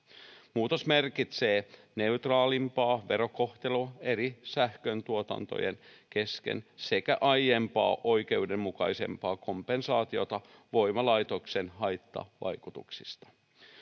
muutos merkitsee neutraalimpaa verokohtelua eri sähköntuotantomuotojen kesken sekä aiempaa oikeudenmukaisempaa kompensaatiota voimalaitoksen haittavaikutuksista